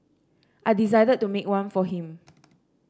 I decided to make one for him